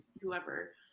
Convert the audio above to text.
whoever